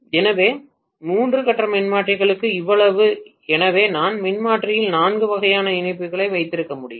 எனவே மூன்று கட்ட மின்மாற்றிகளுக்கு இவ்வளவு எனவே நான் மின்மாற்றியில் நான்கு வகையான இணைப்புகளை வைத்திருக்க முடியும்